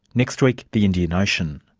next week the indian ocean.